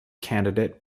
candidate